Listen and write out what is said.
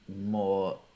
more